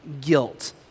Guilt